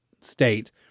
state